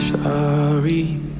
Sorry